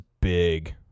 big